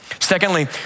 Secondly